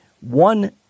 One